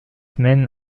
men